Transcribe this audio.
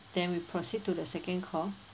then we proceed to the second call